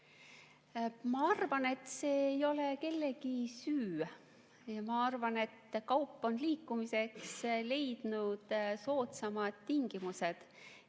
Ma arvan, et see ei ole kellegi süü. Ma arvan, et kaup on liikumiseks leidnud soodsamad tingimused.